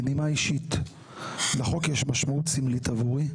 בנימה אישית, לחוק יש משמעות סמלית עבורי.